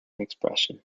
expression